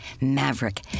maverick